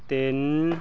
ਤਿੰਨ